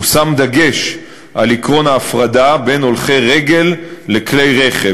הושם דגש על עקרון ההפרדה בין הולכי רגל לכלי רכב,